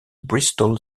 bristol